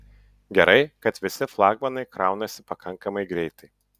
gerai kad visi flagmanai kraunasi pakankamai greitai